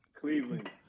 Cleveland